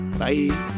bye